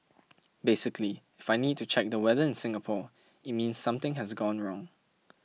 basically if I need to check the weather in Singapore it means something has gone wrong